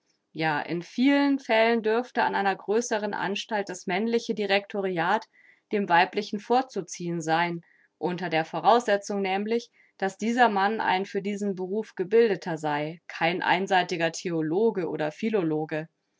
ja in vielen fällen dürfte an einer größeren anstalt das männliche directoriat dem weiblichen vorzuziehen sein unter der voraussetzung nämlich daß dieser mann ein für diesen beruf gebildeter sei kein einseitiger theologe oder philologe